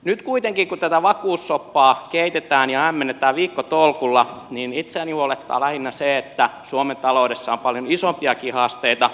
nyt kuitenkin kun tätä vakuussoppaa keitetään ja hämmennetään viikkotolkulla itseäni huolettaa lähinnä se että suomen taloudessa on paljon isompiakin haasteita